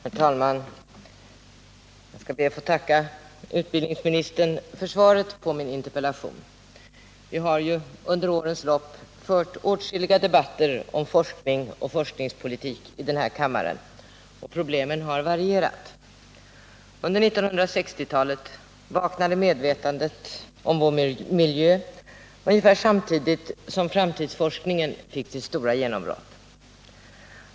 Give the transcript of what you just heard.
Herr talman! Jag skall be att få tacka utbildningsministern för svaret på min interpellation. Vi har under årens lopp fört åtskilliga debatter om forskning och forskningspolitik i den här kammaren. Problemen har varierat. Under 1960 talet vaknade medvetandet om vår miljö ungefär samtidigt som framtidsforskningen fick sitt stora genombrott.